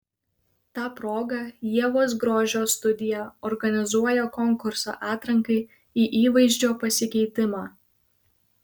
ta proga ievos grožio studija organizuoja konkursą atrankai į įvaizdžio pasikeitimą